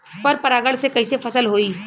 पर परागण से कईसे फसल होई?